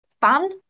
fun